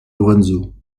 lorenzo